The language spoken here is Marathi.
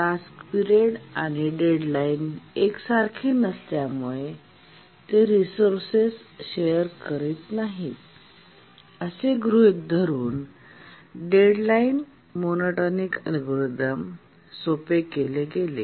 टास्क पिरियड आणि डेडलाईन एकसारखे नसल्यामुळे ते रिसोर्सेस शेअर करत नाहीत असे गृहीत धरून डेडलाइन मोनोटोनिक अल्गोरिदम सोपे केले गेले